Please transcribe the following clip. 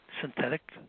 synthetic